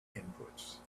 inputs